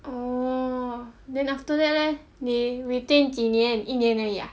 orh then after that leh 你 retain 几年一年而已 ah